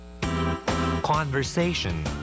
Conversation